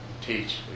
teach